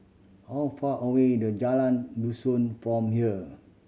how far away in the Jalan Dusun from here